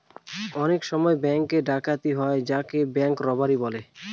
অনেক সময় ব্যাঙ্ক ডাকাতি হয় যাকে ব্যাঙ্ক রোবাড়ি বলে